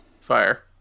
fire